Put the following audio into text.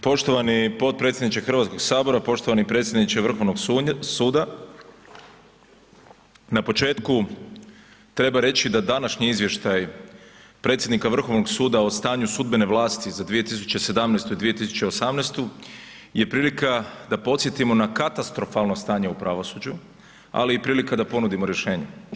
Poštovani potpredsjedniče Hrvatskog sabora, poštovani predsjedniče Vrhovnog suda na početku treba reći da današnji izvještaj predsjednika Vrhovnog suda o stanju sudbene vlasti za 2017. i 2018. je prilika da podsjetimo na katastrofalno stanje u pravosuđu, ali i prilika da ponudimo rješenje.